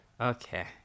Okay